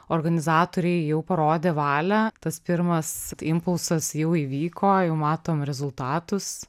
organizatoriai jau parodė valią tas pirmas impulsas jau įvyko jau matom rezultatus